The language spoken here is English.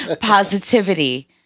positivity